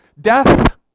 death